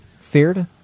Feared